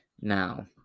Now